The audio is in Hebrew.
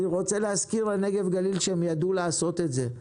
אני רוצה להזכיר לנגב גליל שהם ידעו לעשות את זה.